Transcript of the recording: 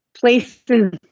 places